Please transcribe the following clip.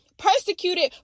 persecuted